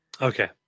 Okay